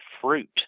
Fruit